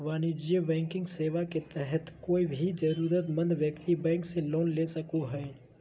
वाणिज्यिक बैंकिंग सेवा के तहत कोय भी जरूरतमंद व्यक्ति बैंक से लोन ले सको हय